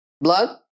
blood